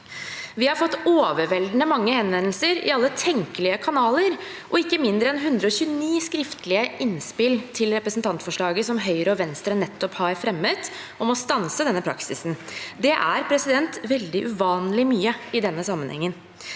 Vi har fått overveldende mange henvendelser i alle tenkelige kanaler, og vi har fått ikke mindre enn 129 skriftlige innspill til representantforslaget som Høyre og Venstre nettopp har fremmet om å stanse denne praksisen. Det er uvanlig mye i denne sammenhengen.